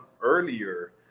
earlier